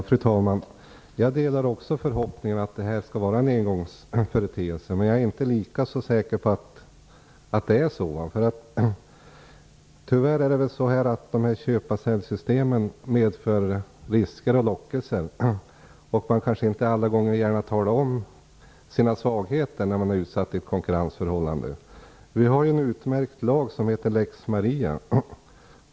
Fru talman! Jag delar också förhoppningen att detta skall vara en engångsföreteelse, men jag är inte lika säker på att det är så. Det är väl tyvärr så att dessa köpa-sälj-system medför risker och lockelser. Man talar kanske inte så gärna om sina svagheter i ett konkurrensförhållande. Vi har ju en utmärkt lag som heter lex Maria.